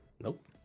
nope